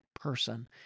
person